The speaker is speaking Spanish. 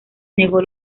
negó